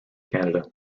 canada